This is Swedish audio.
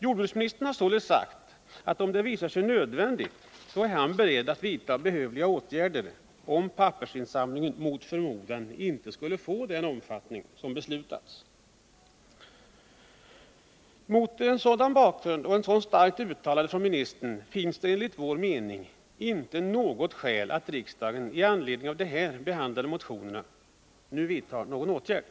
Jordbruksministern har således sagt att om det visar sig nödvändigt, dvs. om pappersinsamlingen mot förmodan inte skulle få den omfattning som beslutats, är han beredd att vidta behövliga åtgärder. Mot bakgrunden av ett så starkt uttalande från ministern finns det enligt vår mening inte något skäl för riksdagen att i anledning av de här behandlade motionerna vidta någon åtgärd.